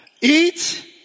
Eat